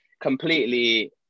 Completely